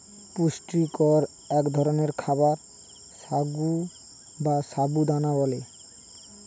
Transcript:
পুষ্টিকর এক ধরনের খাবার সাগু বা সাবু দানা বলে